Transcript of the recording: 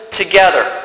together